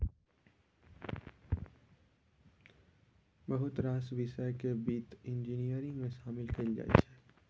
बहुत रास बिषय केँ बित्त इंजीनियरिंग मे शामिल कएल जाइ छै